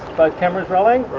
both cameras rolling?